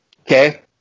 Okay